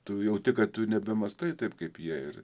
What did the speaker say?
tu jauti kad tu nebemąstai taip kaip jie ir